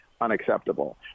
unacceptable